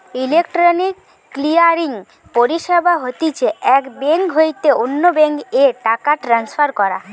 electronic clearing পরিষেবা হতিছে এক বেঙ্ক হইতে অন্য বেঙ্ক এ টাকা ট্রান্সফার করা